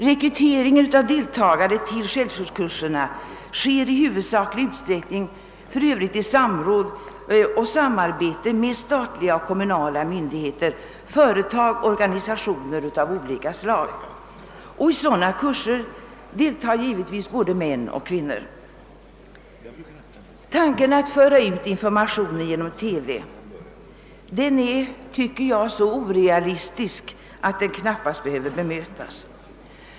Rekryteringen av deltagare till självskyddskurserna sker i huvudsaklig utsträckning i samråd och samarbete med statliga och kommunala myndigheter, företag och organisationer av olika slag. I de kurserna deltar givetvis både män och kvinnor. Tanken att föra ut informationen via TV är så orealistisk att den knappast behöver bemötas.